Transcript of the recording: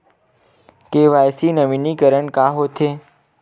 KYC नवीनीकरण का होथे?